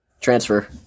transfer